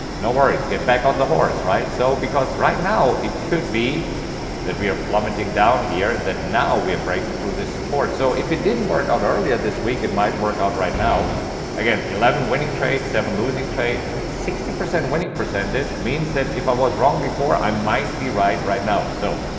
no worries. get back on the horse, right? so because right now it could be that we are plummeting down here that now we are breaking through this support so if it didn't work out earlier this week, it might work out right now again eleven winning trades seven losing trades sixty percent winning percentage means that if i was wrong before i might be right right now. so,